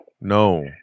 No